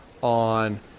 on